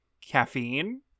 caffeine